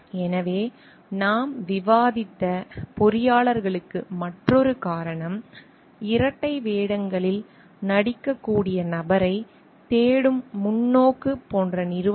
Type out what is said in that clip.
எனவே நாம் விவாதித்த பொறியாளர்களுக்கு மற்றொரு காரணம் இரட்டை வேடங்களில் நடிக்கக்கூடிய நபரைத் தேடும் முன்னோக்கு போன்ற நிறுவனங்கள்